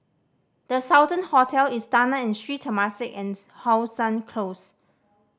The Sultan Hotel Istana and Sri Temasek and How Sun Close